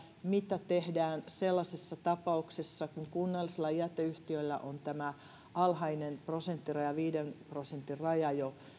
mitä tehdään sellaisessa tapauksessa kun kunnallisella jäteyhtiöllä on tämä alhainen prosenttiraja viiden prosentin raja jo